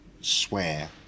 swear